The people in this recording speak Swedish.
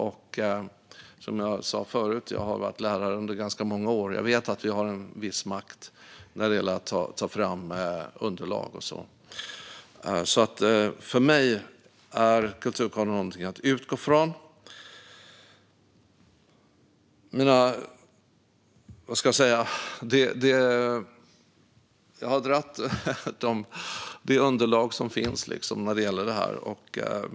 Jag har som sagt varit lärare i ganska många år och vet att vi har en viss makt när det gäller att ta fram underlag, så för mig är kulturkanon någonting att utgå från. Jag har dragit det underlag som finns.